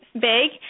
big